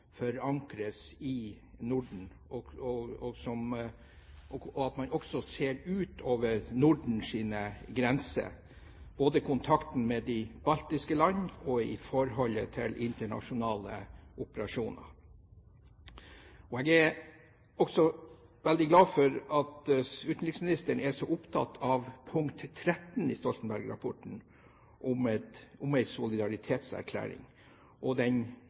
forankres i Norden, er bra, og også at man ser utover Nordens grenser; det gjelder både kontakt med de baltiske land og internasjonale operasjoner. Jeg er også veldig glad for at utenriksministeren er så opptatt av punkt 13 i Stoltenberg-rapporten om en solidaritetserklæring og den